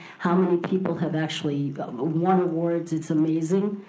how many people have actually won awards, it's amazing.